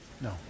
No